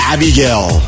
Abigail